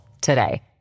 today